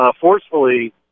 Forcefully